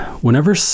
whenever